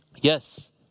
Yes